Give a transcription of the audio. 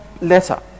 letter